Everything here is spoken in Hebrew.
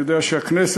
אני יודע שהכנסת,